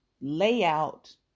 layout